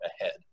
ahead